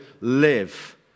live